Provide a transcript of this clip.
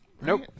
Nope